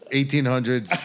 1800s